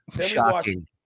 Shocking